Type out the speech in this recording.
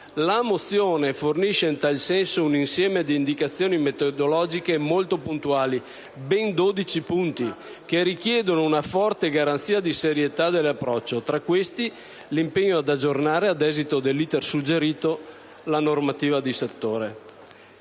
La mozione fornisce in tal senso un insieme di indicazioni metodologiche molto puntuali (ben dodici punti) che richiedono una forte garanzia di serietà dell'approccio. Tra questi vi è l'impegno di aggiornare, ad esito dell'*iter* suggerito, la normativa di settore.